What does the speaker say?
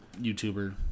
YouTuber